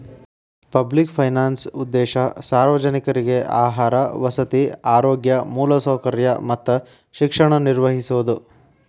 public finance ಉದ್ದೇಶ ಸಾರ್ವಜನಿಕ್ರಿಗೆ ಆಹಾರ ವಸತಿ ಆರೋಗ್ಯ ಮೂಲಸೌಕರ್ಯ ಮತ್ತ ಶಿಕ್ಷಣ ನಿರ್ವಹಿಸೋದ